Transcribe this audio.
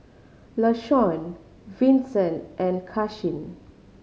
Lashawn Vinson and Karsyn